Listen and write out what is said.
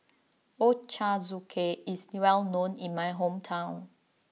Ochazuke is well known in my hometown